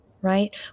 Right